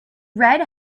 red